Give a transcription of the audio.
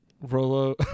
Rolo